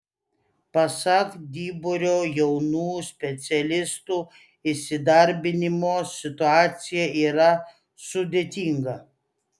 pasak dyburio jaunų specialistų įsidarbinimo situacija yra sudėtinga